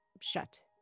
shut